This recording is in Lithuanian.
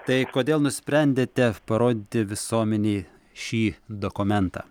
tai kodėl nusprendėte parodyti visuomenei šį dokumentą